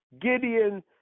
Gideon